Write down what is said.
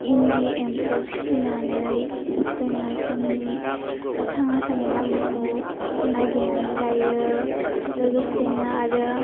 इन्डि एम्फौ फिसिनानै जोङो जोंनि थांना थानायनि लामाखौ नागिरनानै लायो लोगोसेनो आरो